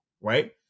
right